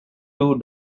two